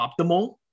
optimal